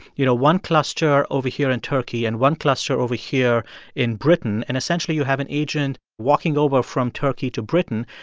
you know, one cluster over here in turkey and one cluster over here in britain, and essentially, you have an agent walking over from turkey to britain.